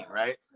right